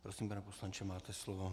Prosím, pane poslanče, máte slovo.